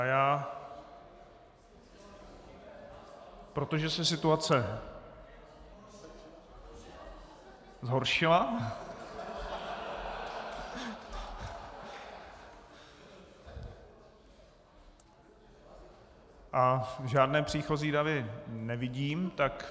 A protože se situace zhoršila... a žádné příchozí tady nevidím, tak...